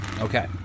Okay